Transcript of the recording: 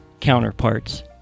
counterparts